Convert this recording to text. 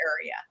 area